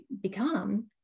become